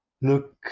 Look